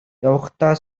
явахдаа